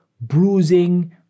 bruising